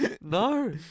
No